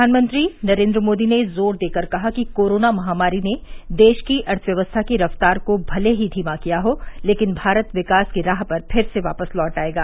प्रधानमंत्री नरेन्द्र मोदी ने जोर देकर कहा कि कोरोना महामारी ने देश की अर्थव्यवस्था की रफ्तार को भले ही धीमा किया हो लेकिन भारत विकास की राह पर फिर से वापस लौट आयेगा